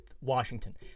Washington